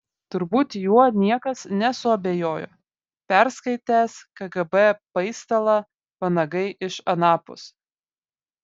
turbūt juo niekas nesuabejojo perskaitęs kgb paistalą vanagai iš anapus